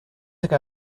think